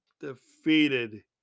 defeated